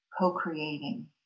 co-creating